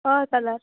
हय कलर